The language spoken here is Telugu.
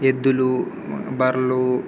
ఎద్దులు బర్రెలు